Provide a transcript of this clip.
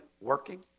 working